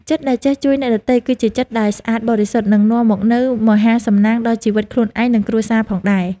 ចិត្តដែលចេះជួយអ្នកដទៃ គឺជាចិត្តដែលស្អាតបរិសុទ្ធ និងនាំមកនូវមហាសំណាងដល់ជីវិតខ្លួនឯង និងគ្រួសារផងដែរ។